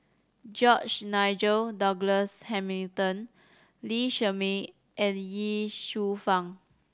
George Nigel Douglas Hamilton Lee Shermay and Ye Shufang